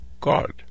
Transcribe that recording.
God